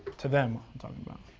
to them, i'm talkin' about. i